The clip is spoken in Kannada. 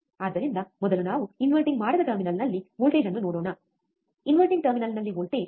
ಆದ್ದರಿಂದ ಮೊದಲು ನಾವು ಇನ್ವರ್ಟಿಂಗ್ ಮಾಡದ ಟರ್ಮಿನಲ್ನಲ್ಲಿ ವೋಲ್ಟೇಜ್ ಅನ್ನು ನೋಡೋಣ ಇನ್ವರ್ಟಿಂಗ್ ಟರ್ಮಿನಲ್ನಲ್ಲಿ ವೋಲ್ಟೇಜ್ 0